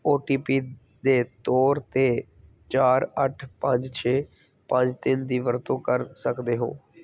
ਓ T P ਦੇ ਤੌਰ 'ਤੇ ਚਾਰ ਅੱਠ ਪੰਜ ਛੇ ਪੰਜ ਤਿੰਨ ਦੀ ਵਰਤੋਂ ਕਰ ਸਕਦੇ ਹੋ